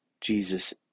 Jesus